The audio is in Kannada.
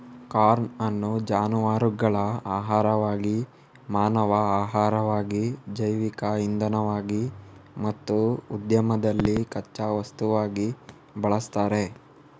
ಕಾರ್ನ್ ಅನ್ನು ಜಾನುವಾರುಗಳ ಆಹಾರವಾಗಿ, ಮಾನವ ಆಹಾರವಾಗಿ, ಜೈವಿಕ ಇಂಧನವಾಗಿ ಮತ್ತು ಉದ್ಯಮದಲ್ಲಿ ಕಚ್ಚಾ ವಸ್ತುವಾಗಿ ಬಳಸ್ತಾರೆ